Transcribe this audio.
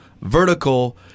vertical